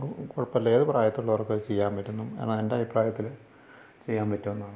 കുഴപ്പമില്ല ഏതു പ്രായത്തിലുള്ളവർക്കും അതു ചെയ്യാൻ പറ്റും എൻ്റെ അഭിപ്രായത്തിൽ ചെയ്യാൻ പറ്റുന്നതാണ്